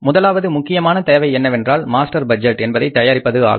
முதலாவது முக்கியமான தேவை என்னவென்றால் மாஸ்டர் பட்ஜெட் என்பதை தயாரிப்பது ஆகும்